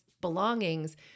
belongings